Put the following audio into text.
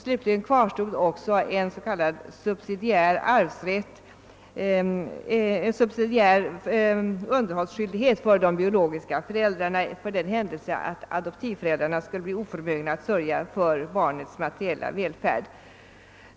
Slutligen kvarstod också s.k. subsidiär underhållsskyldighet för de biologiska föräldrarna för den händelse att adoptivföräldrarna skulle bli oförmögna att sörja för barnets materiella välfärd.